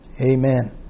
Amen